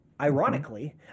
ironically